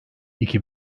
iki